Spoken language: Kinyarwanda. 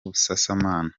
busasamana